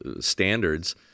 standards